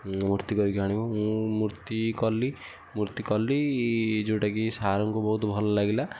ମୂର୍ତ୍ତି କରିକି ଆଣିବୁ ମୁଁ ମୂର୍ତ୍ତି କଲି ମୂର୍ତ୍ତି କଲି ଯେଉଁଟା କି ସାର୍ ଙ୍କୁ ବହୁତ ଭଲ ଲାଗିଲା